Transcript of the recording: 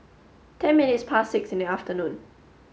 ten minutes past six in the afternoon